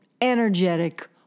energetic